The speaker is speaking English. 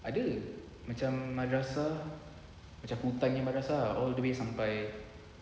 ada macam madrasah macam full time nya madrasah all the way sampai